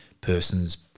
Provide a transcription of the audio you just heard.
person's